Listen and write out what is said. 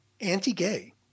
anti-gay